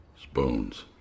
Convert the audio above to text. Spoons